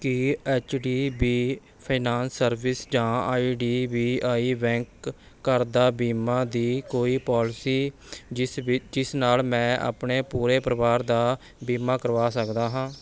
ਕੀ H D B finance service ਜਾਂ I D B I bank ਕਰਦਾ ਬੀਮਾ ਦੀ ਕੋਈ ਪੋਲਿਸੀ ਜਿਸ ਵਿੱਚ ਜਿਸ ਨਾਲ਼ ਮੈਂ ਆਪਣੇ ਪੂਰੇ ਪਰਿਵਾਰ ਦਾ ਬੀਮਾ ਕਰਵਾ ਸਕਦਾ ਹਾਂ